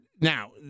Now